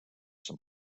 some